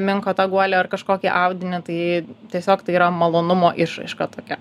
minko tą guolį ar kažkokį audinį tai tiesiog tai yra malonumo išraiška tokia